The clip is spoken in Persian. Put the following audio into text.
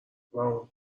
اون